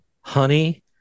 honey